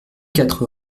quatre